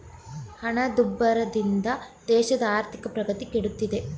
ಹಣದುಬ್ಬರದಿಂದ ದೇಶದ ಆರ್ಥಿಕ ಪ್ರಗತಿ ಕೆಡುತ್ತಿದೆ